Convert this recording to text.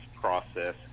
process